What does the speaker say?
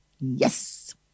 Yes